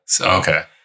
Okay